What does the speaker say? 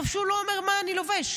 טוב שהוא לא אומר: מה אני לובש,